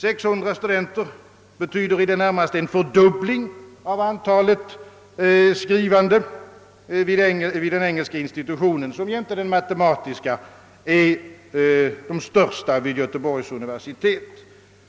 600 studenter betyder i det närmaste en fördubbling av antalet skrivande vid den engelska institutionen, som jämte den matematiska är den största vid Göteborgs universitet.